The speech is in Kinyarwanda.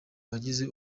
bagize